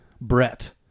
brett